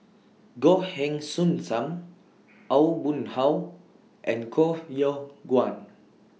Goh Heng Soon SAM Aw Boon Haw and Koh Yong Guan